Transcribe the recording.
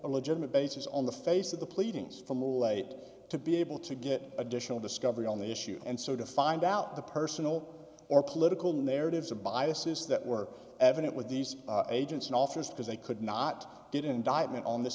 a legitimate basis on the face of the pleadings from late to be able to get additional discovery on the issue and so to find out the personal or political narratives of biases that were evident with these agents in office because they could not get indictment on this